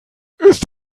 ist